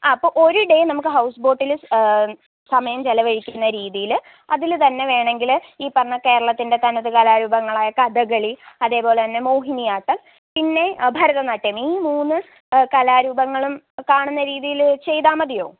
ആ അപ്പോൾ ഒരു ഡേ നമുക്ക് ഹൗസ്ബോട്ടിൽ സമയം ചെലവഴിക്കുന്ന രീതിയിൽ അതിൽ തന്നെ വേണമെങ്കിൽ ഈ പറഞ്ഞ കേരളത്തിന്റെ തനത് കലാരൂപങ്ങളായ കഥകളി അതേപോലെ തന്നെ മോഹിനിയാട്ടം പിന്നെ ഭരതനാട്യം ഈ മൂന്ന് കലാരൂപങ്ങളും കാണുന്ന രീതിയിൽ ചെയ്താൽ മതിയോ